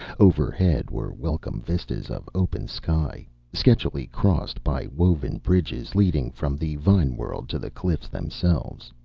overhead were welcome vistas of open sky, sketchily crossed by woven bridges leading from the vine-world to the cliffs themselves.